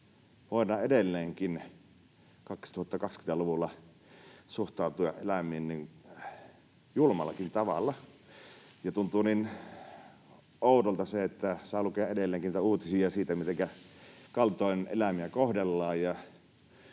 voidaan edelleenkin 2020-luvulla suhtautua eläimiin julmallakin tavalla. Tuntuu niin oudolta se, että saa lukea edelleenkin niitä uutisia siitä, mitenkä kaltoin eläimiä kohdellaan,